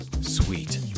sweet